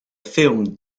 filmed